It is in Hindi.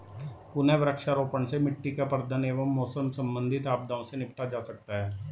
पुनः वृक्षारोपण से मिट्टी के अपरदन एवं मौसम संबंधित आपदाओं से निपटा जा सकता है